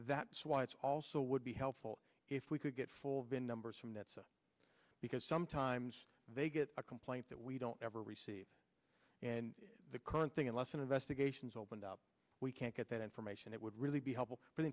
that's why it's also would be helpful if we could get full vin numbers from that side because sometimes they get a complaint that we don't ever receive and the current thing unless an investigation is opened up we can't get that information that would really be helpful for the